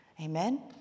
Amen